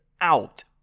out